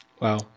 Wow